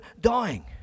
dying